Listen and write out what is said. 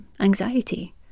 anxiety